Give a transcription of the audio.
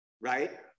right